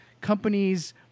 companies